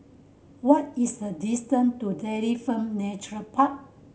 what is the distant to Dairy Farm Nature Park